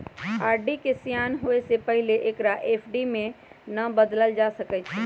RD के सेयान होय से पहिले एकरा एफ.डी में न बदलल जा सकइ छै